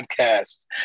podcast